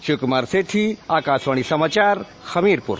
शिव कुमार सेठी आकाशवाणी समाचार हमीरपुर